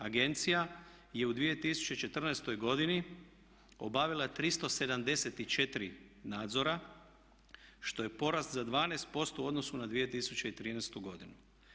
Agencija je u 2014. godini obavila 374 nadzora što je porast za 12% u odnosu na 2013. godinu.